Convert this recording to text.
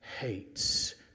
hates